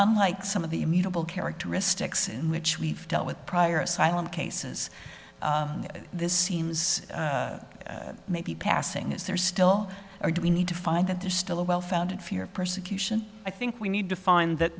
nlike some of the immutable characteristics in which we've dealt with prior asylum cases this seems maybe passing is there still or do we need to find that there's still a well founded fear of persecution i think we need to find that